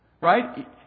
Right